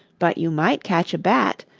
but you might catch a bat,